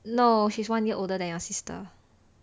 no she's one year older than your sister